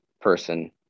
person